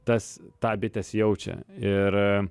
tas tą bitės jaučia ir